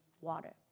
water